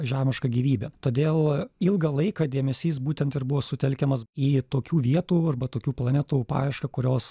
žemišką gyvybę todėl ilgą laiką dėmesys būtent ir buvo sutelkiamas į tokių vietų arba tokių planetų paiešką kurios